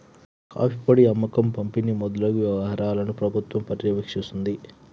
coffee పొడి అమ్మకం పంపిణి మొదలగు వ్యవహారాలను ప్రభుత్వం పర్యవేక్షిస్తుంది